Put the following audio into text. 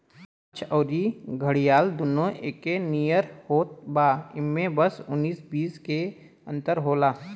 मगरमच्छ अउरी घड़ियाल दूनो एके नियर होत बा इमे बस उन्नीस बीस के अंतर होला